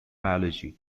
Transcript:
biology